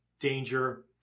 danger